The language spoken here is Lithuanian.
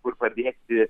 kur pabėgti